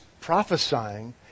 prophesying